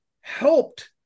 helped